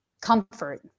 comfort